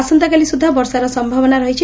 ଆସନ୍ତା କାଲି ସୁଦ୍ଧା ବର୍ଷାର ସମ୍ଭାବନା ରହିଛି